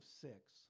six